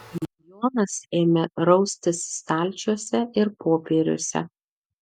jonas ėmė raustis stalčiuose ir popieriuose